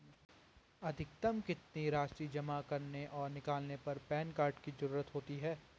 अधिकतम कितनी राशि जमा करने और निकालने पर पैन कार्ड की ज़रूरत होती है?